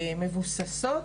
כמבוססות,